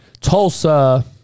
Tulsa